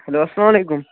hello السلام علیکُم